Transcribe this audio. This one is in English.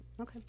Okay